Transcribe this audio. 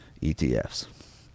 etfs